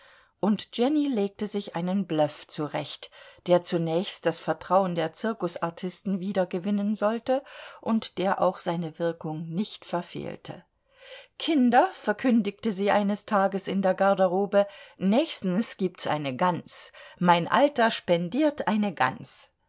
und jenny legte sich einen bluff zurecht der zunächst das vertrauen der zirkusartisten wieder gewinnen sollte und der auch seine wirkung nicht verfehlte kinder verkündigte sie eines tags in der garderobe nächstens gibt's eine gans mein alter spendiert eine gans